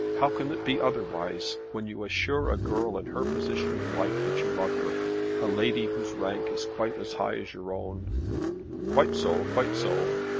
how can it be otherwise? when you assure a girl in her position in life that you love her a lady whose rank is quite as high as your own quite so quite so.